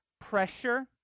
pressure